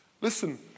Listen